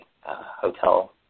hotel